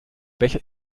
becher